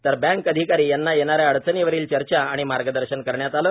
तर बँक अधिकारी यांना येणाऱ्या अडचणीवरील चर्चा आणि मार्गदर्शन करण्यात आले